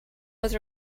was